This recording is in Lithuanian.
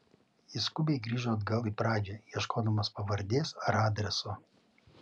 jis skubiai grįžo atgal į pradžią ieškodamas pavardės ar adreso